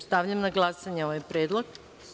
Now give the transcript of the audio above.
Stavljam na glasanje ovaj predlog.